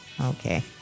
okay